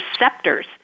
receptors